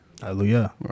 Hallelujah